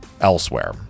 elsewhere